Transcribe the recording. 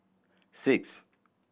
six